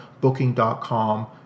Booking.com